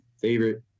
favorite